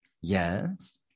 Yes